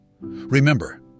Remember